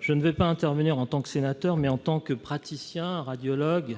j'interviendrai non pas en tant que sénateur, mais en tant que praticien, radiologue,